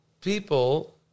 people